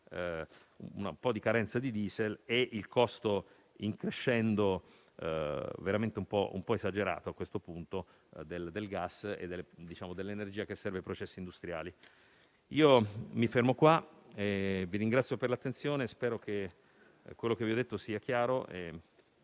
un po' di carenza di diesel e del costo in crescendo (veramente un po' esagerato, a questo punto) del gas e dell'energia che serve ai processi industriali. Mi fermo qua. Vi ringrazio per l'attenzione e spero che quanto vi ho detto sia chiaro.